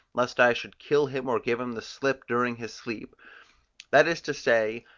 lest i should kill him or give him the slip during his sleep that is to say,